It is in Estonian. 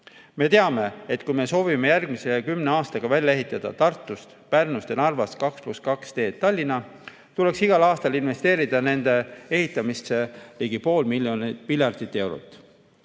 Me teame, et kui me soovime järgmise kümne aastaga välja ehitada Tartust, Pärnust ja Narvast 2 + 2 teed Tallinna, siis tuleks igal aastal investeerida nende ehitamisse ligi pool miljardit eurot.